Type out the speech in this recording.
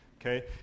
okay